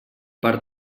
per